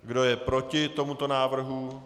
Kdo je proti tomuto návrhu?